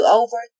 over